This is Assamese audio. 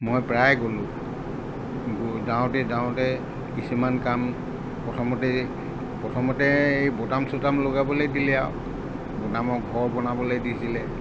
মই প্ৰায় গ'লোঁ গৈ যাওঁতে যাওঁতে কিছুমান কাম প্ৰথমতে প্ৰথমতে এই বুটাম চুচাম লগাবলৈ দিলে আৰু বুটামৰ ঘৰ বনাবলৈ দিছিলে